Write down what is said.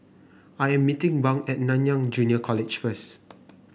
I am meeting Bunk at Nanyang Junior College first